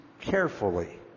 carefully